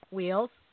Wheels